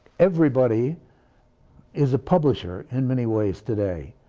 everybody is a publisher in many ways today.